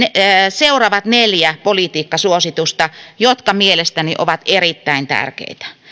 seuraavat neljä politiikkasuositusta jotka mielestäni ovat erittäin tärkeitä